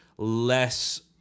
less